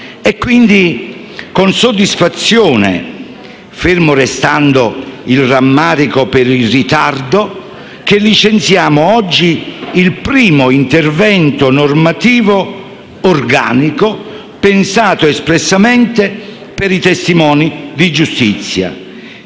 Quindi, con soddisfazione, fermo restando il rammarico per il ritardo, licenziamo oggi il primo intervento normativo organico pensato espressamente per i testimoni di giustizia,